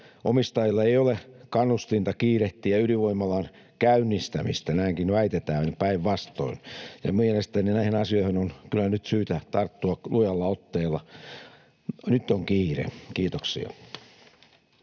omistajilla ei ole kannustinta kiirehtiä ydinvoimalan käynnistämistä, näinkin väitetään. Päinvastoin, mielestäni näihin asioihin on kyllä nyt syytä tarttua lujalla otteella. Nyt on kiire. — Kiitoksia.